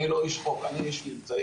אני לא איש חוק, אני איש מבצעי.